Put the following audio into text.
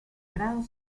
gran